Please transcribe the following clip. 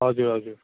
हजुर हजुर